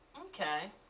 Okay